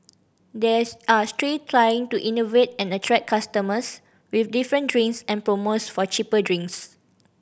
they're are trying to innovate and attract customers with different drinks and promos for cheaper drinks